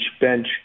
bench